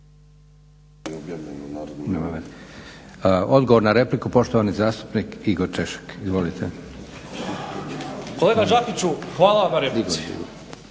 Odgovor na repliku, poštovani zastupnik Igor Češek. Izvolite **Češek, Igor (HDSSB)** Kolega Đakiću, hvala vam na replici.